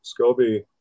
Scobie